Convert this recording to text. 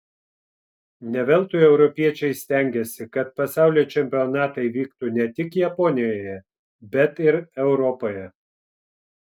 ne veltui europiečiai stengėsi kad pasaulio čempionatai vyktų ne tik japonijoje bet ir europoje